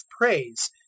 praise